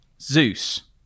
Zeus